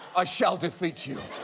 i shall defeat you.